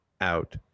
out